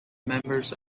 members